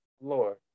Lord